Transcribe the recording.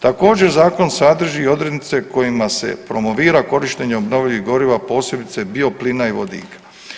Također zakon sadrži i odrednice kojima se promovira korištenje obnovljivih goriva posebice bioplina i vodika.